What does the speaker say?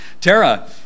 Tara